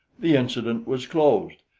the incident was closed.